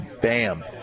Bam